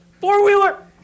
Four-wheeler